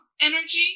energy